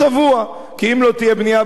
כי אם לא תהיה בנייה ביהודה ושומרון,